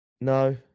No